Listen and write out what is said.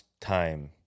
time